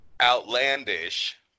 outlandish